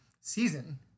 Season